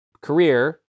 career